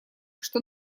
что